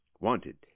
Wanted